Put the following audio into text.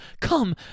Come